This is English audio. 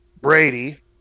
Brady